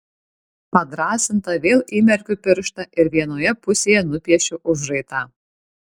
padrąsinta vėl įmerkiu pirštą ir vienoje pusėje nupiešiu užraitą